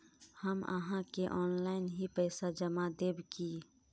हम आहाँ के ऑनलाइन ही पैसा जमा देब की?